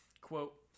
quote